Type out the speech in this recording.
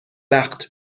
وقت